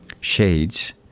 Shades